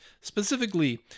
specifically